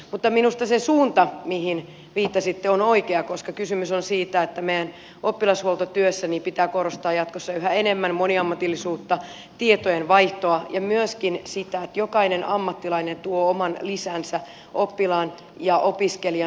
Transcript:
mutta minusta se suunta mihin viittasitte on oikea koska kysymys on siitä että meidän oppilashuoltotyössä pitää korostaa jatkossa yhä enemmän moniammatillisuutta tietojen vaihtoa ja myöskin sitä että jokainen ammattilainen tuo oman lisänsä oppilaan ja opiskelijan hyvinvointiin